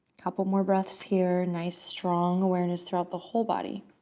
couple more breaths here. nice, strong awareness throughout the whole body.